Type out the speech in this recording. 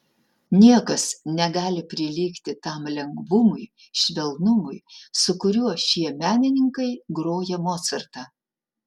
niekas negali prilygti tam lengvumui švelnumui su kuriuo šie menininkai groja mocartą